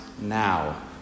now